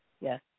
Yes